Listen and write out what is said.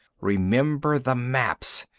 remember the maps!